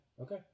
Okay